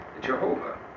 Jehovah